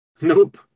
Nope